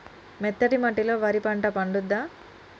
మెత్తటి మట్టిలో వరి పంట పండుద్దా?